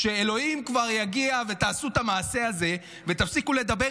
שאלוהים כבר יגיע ותעשו את המעשה הזה ותפסיקו לדבר